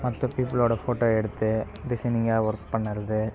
மற்ற பீப்புளோட ஃபோட்டோவை எடுத்து டிசைனிங்காக ஒர்க் பண்ணுகிறது